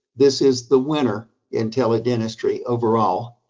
this is the winner in tele-dentistry overall.